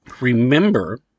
Remember